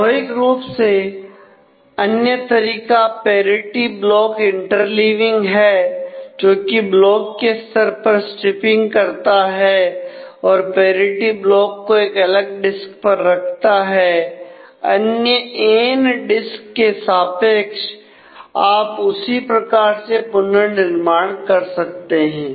स्वाभाविक रूप से अन्य तरीका पेरिटी ब्लॉक इंटरलीविंग है जोकी ब्लॉक के स्तर पर स्ट्रिपिंग करता है और पेरिटी ब्लॉक को एक अलग डिस्क पर रखता है अन्य एन डिस्क के सापेक्ष आप उसी प्रकार से पुनर्निर्माण कर सकते हैं